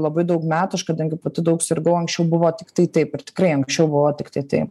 labai daug metų aš kadangi pati daug sirgau anksčiau buvo tiktai taip ir tikrai anksčiau buvo tiktai tai